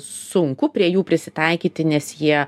sunku prie jų prisitaikyti nes jie